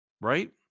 right